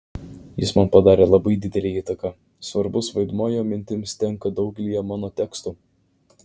jis man padarė labai didelę įtaką svarbus vaidmuo jo mintims tenka daugelyje mano tekstų